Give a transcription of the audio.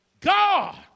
God